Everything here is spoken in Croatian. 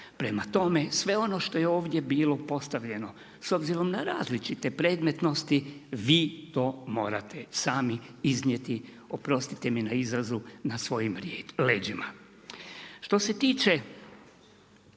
Prema tome, sve ono što je ovdje bilo postavljeno, s obzirom na različite predmetnosti, vi to morate sami iznijeti, oprostite mi na izrazu, na svojim leđima. Što se tiče